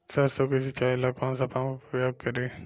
सरसो के सिंचाई ला कौन सा पंप उपयोग करी?